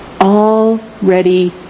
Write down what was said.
already